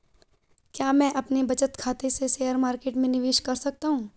क्या मैं अपने बचत खाते से शेयर मार्केट में निवेश कर सकता हूँ?